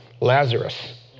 Lazarus